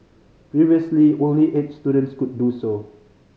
previously only eight students could do so